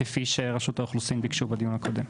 כפי שברשות האוכלוסין ביקשו בדיון הקודם.